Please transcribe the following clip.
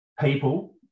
people